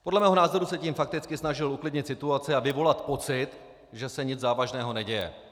Podle mého názoru se tím fakticky snažil uklidnit situaci a vyvolat pocit, že se nic závažného neděje.